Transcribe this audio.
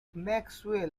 maxwell